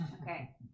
Okay